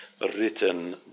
written